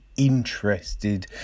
Interested